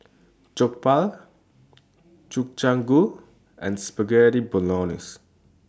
Jokbal Gobchang Gui and Spaghetti Bolognese